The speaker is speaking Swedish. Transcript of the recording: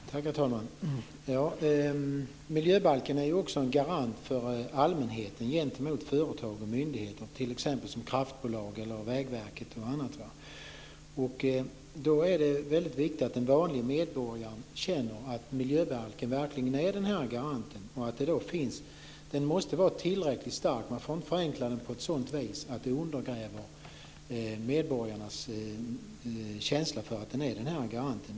Herr talman! Miljöbalken är ju också en garant för allmänheten gentemot företag och myndigheter, som kraftbolag, Vägverket eller något annat. Då är det väldigt viktigt att den vanlige medborgaren känner att miljöbalken verkligen är den här garanten. Den måste vara tillräckligt stark. Man får inte förenkla den på ett sådant vis att det undergräver medborgarnas känsla för att den verkligen är den här garanten.